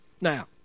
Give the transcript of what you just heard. Now